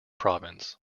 province